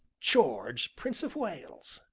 george, prince of wales!